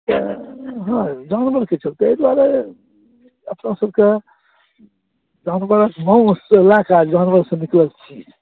तँ हँ जानवरके चलते एहि दुआरे अपना सबकेँ जानवरक मासूसँ लऽ क जानवरसँ निकलल चीज